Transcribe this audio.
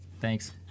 Thanks